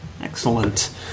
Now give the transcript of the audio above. Excellent